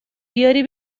بیاری